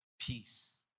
peace